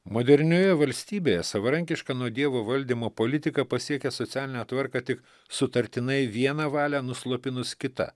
modernioje valstybėje savarankiška nuo dievo valdymo politika pasiekia socialinę tvarką tik sutartinai vieną valią nuslopinus kita